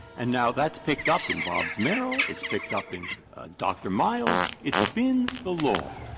and now that's picked up in bobbs-merrill it's picked up in dr. miles. it's been the law.